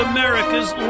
America's